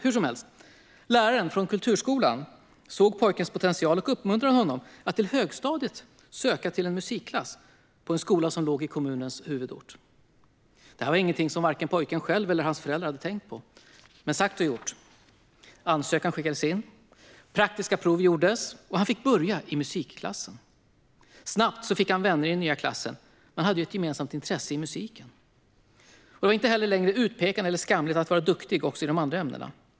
Hur som helst såg läraren från kulturskolan pojkens potential och uppmuntrade honom att till högstadiet söka till en musikklass på en skola som låg i kommunens huvudort. Det var inget som vare sig pojken själv eller hans föräldrar hade tänkt på. Men, sagt och gjort, ansökan skickades in, praktiska prov gjordes och han fick börja i musikklassen. Snabbt fick han vänner i den nya klassen. De hade ju ett gemensamt intresse i musiken. Och det var inte heller längre utpekande eller skamligt att vara duktig också i de andra ämnena.